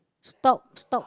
stop stop